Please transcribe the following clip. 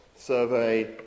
survey